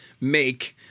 make